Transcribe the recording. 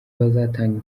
bazatanga